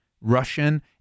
Russian